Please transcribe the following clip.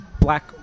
black